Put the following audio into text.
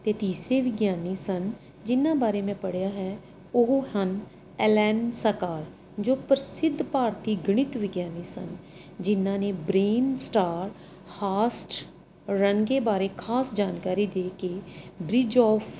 ਅਤੇ ਤੀਸਰੇ ਵਿਗਿਆਨੀ ਸਨ ਜਿਹਨਾਂ ਬਾਰੇ ਮੈਂ ਪੜ੍ਹਿਆ ਹੈ ਉਹ ਹਨ ਐਲੈਨ ਸਾਕਾਰ ਜੋ ਪ੍ਰਸਿੱਧ ਭਾਰਤੀ ਗਣਿਤ ਵਿਗਿਆਨੀ ਸਨ ਜਿਹਨਾਂ ਨੇ ਬ੍ਰੇਨ ਸਟਾਰ ਹਾਸਟ ਰਣਕੇ ਬਾਰੇ ਖਾਸ ਜਾਣਕਾਰੀ ਦੇ ਕੇ ਬਰੀਜ ਆਫ